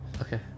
Okay